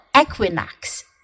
equinox